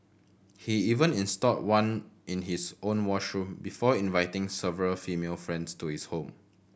he even installed one in his own washroom before inviting several female friends to his home